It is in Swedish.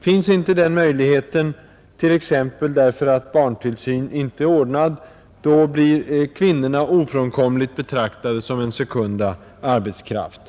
Finns inte den möjligheten, t.ex. därför att barntillsyn inte är ordnad, blir kvinnorna ofrånkomligt betraktade som en sekunda arbetskraft.